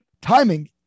timing